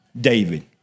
David